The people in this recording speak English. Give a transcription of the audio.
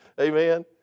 Amen